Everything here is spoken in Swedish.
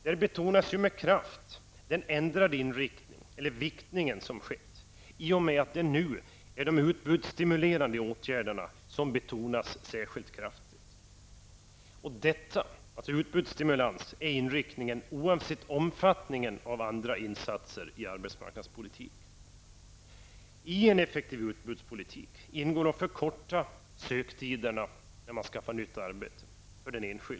Där betonas ju med kraft den ändrade inriktningen eller viktningen som skett i och med att det nu är de utbudsstimulerande åtgärderna som betonas särskilt kraftigt. Man inriktar sig på utbudsstimulans oavsett omfattningen av andra insatser i arbetsmarknadspolitiken. I en effektiv utbudspolitik ingår att förkorta söktiden för den enskilde när man skaffar nytt arbete.